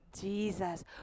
jesus